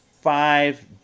five